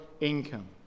income